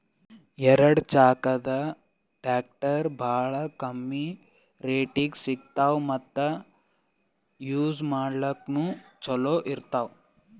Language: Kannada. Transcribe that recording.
ಎರಡ ಚಾಕದ್ ಟ್ರ್ಯಾಕ್ಟರ್ ಭಾಳ್ ಕಮ್ಮಿ ರೇಟ್ದಾಗ್ ಸಿಗ್ತವ್ ಮತ್ತ್ ಯೂಜ್ ಮಾಡ್ಲಾಕ್ನು ಛಲೋ ಇರ್ತವ್